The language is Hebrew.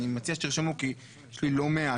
אני מציע שתרשמו, כי יש לי לא מעט.